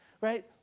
right